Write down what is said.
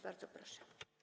Bardzo proszę.